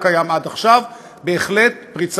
לידה לוקחת פחות